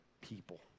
people